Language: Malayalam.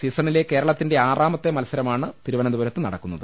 സീസ ണിലെ കേരളത്തിന്റെ ആറാമത്തെ മത്സരമാണ് തിരുവനന്തപുരത്ത് നട ക്കുന്നത്